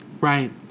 Right